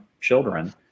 children